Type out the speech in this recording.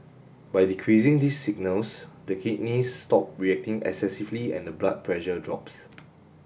by decreasing these signals the kidneys stop reacting excessively and the blood pressure drops